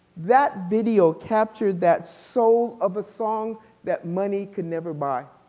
that video captures that soul of a song that money can never buy.